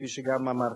כפי שגם אמרתי.